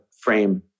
frame